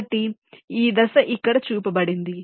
కాబట్టి ఈ దశ ఇక్కడ చూపబడింది